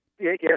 Yes